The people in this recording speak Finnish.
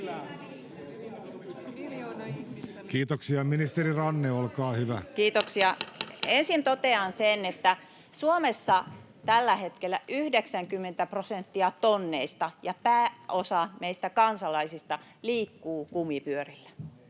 vas) Time: 16:21 Content: Kiitoksia! Ensin totean sen, että Suomessa tällä hetkellä 90 prosenttia tonneista ja pääosa meistä kansalaisista liikkuu kumipyörillä.